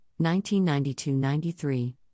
1992-93